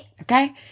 Okay